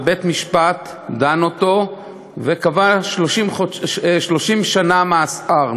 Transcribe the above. ובית-משפט דן אותו וקבע 30 שנה מאסר,